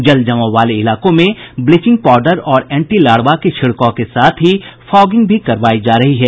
जल जमाव वाले इलाकों में ब्लीचिंग पाउडर और एंटी लार्वा के छिड़काव के साथ ही फॉगिंग भी करवायी जा रही है